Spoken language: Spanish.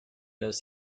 los